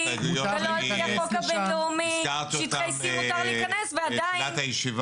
ולכן ההסתייגות שנוגעת לקיצור הזמן של הוראת השעה